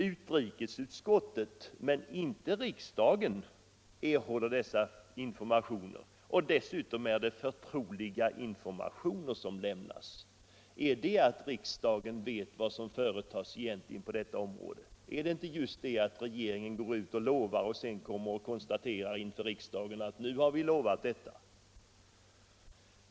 Utrikesutskottet men inte riksdagen erhåller dessa informationer. Dessutom är det förtroliga informationer som lämnas. Är det detsamma som att riksdagen vet vad som egentligen företas på detta område? Är det inte i stället att tyda så att regeringen går ut och lovar och sedan inför riksdagen konstaterar: Nu har vi lovat detta?